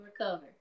recover